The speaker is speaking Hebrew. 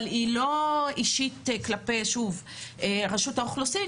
אבל היא לא אישית כלפי רשות האוכלוסין,